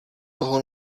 toho